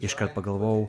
iškart pagalvojau